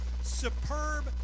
superb